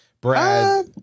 Brad